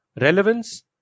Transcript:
relevance